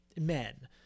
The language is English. men